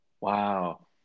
Wow